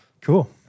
Cool